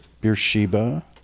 Beersheba